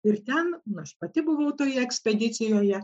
ir ten nu aš pati buvau toje ekspedicijoje